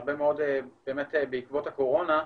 הרבה מאוד באמת בעקבות הקורונה,